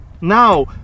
Now